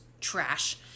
trash